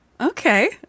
Okay